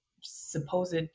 supposed